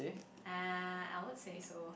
uh I won't say so